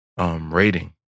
rating